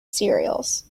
cereals